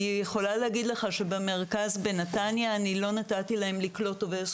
אני יכולה להגיד לך שבמרכז בנתניה אני לא נתתי להם לקלוט עובדת